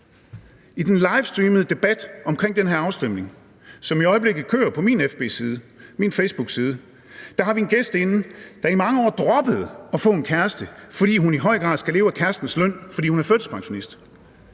I den livestreamede debat fra den her afstemning, som i øjeblikket kører på min facebookside, har vi en gæst inde, der i mange år droppede at få en kæreste, fordi hun i høj grad skal leve af kærestens løn, fordi hun er førtidspensionist.